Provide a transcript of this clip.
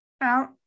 out